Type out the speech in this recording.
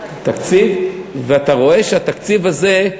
ואתה רואה שהתקציב הזה,